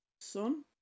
son